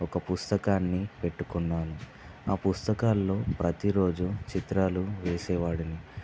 ఒక పుస్తకాన్ని పెట్టుకున్నాను ఆ పుస్తకాల్లో ప్రతీరోజు చిత్రాలు వేసేవాడిని